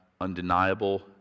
undeniable